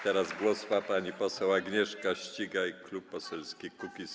Teraz głos ma pani poseł Agnieszka Ścigaj, Klub Poselski Kukiz’15.